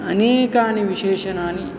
अनेकानि विशेषणानि